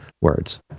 words